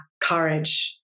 courage